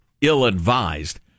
ill-advised